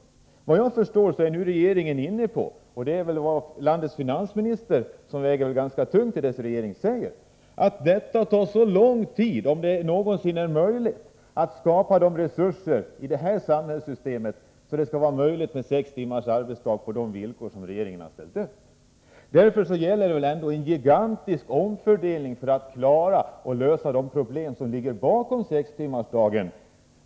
Såvitt jag förstår är regeringen inne på — det är väl vad landets finansminister, som väger ganska tungt i regeringen, säger — att det tar lång tid, om det ens någonsin är möjligt, att i det här samhällssystemet skapa sådana resurser att man kan genomföra sex timmars arbetsdag på de villkor som regeringen har ställt upp. Därför handlar det om en gigantisk omfördelning för att lösa de problem som ligger bakom sextimmarsdagen.